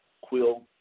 Quill